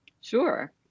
Sure